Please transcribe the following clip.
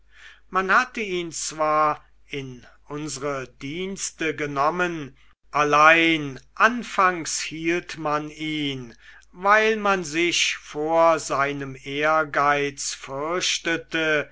man hatte ihn zwar in unsre dienste genommen allein anfangs hielt man ihn weil man sich vor seinem ehrgeiz